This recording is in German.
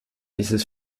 dieses